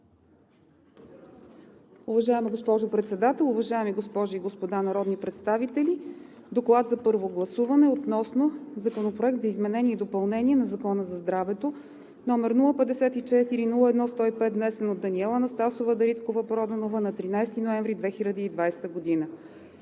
Уважаема госпожо Председател, уважаеми госпожи и господа народни представители! „ДОКЛАД за първо гласуване относно Законопроект за изменение и допълнение на Закона за здравето, № 054-01-105, внесен от Даниела Анастасова Дариткова-Проданова на 13 ноември 2020 г.